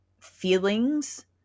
feelings